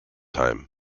heim